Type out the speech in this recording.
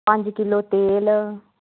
पंज किलो तेल